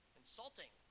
insulting